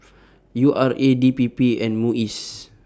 U R A D P P and Muis